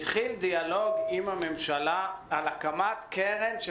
התחיל דיאלוג עם הממשלה על הקמת קרן של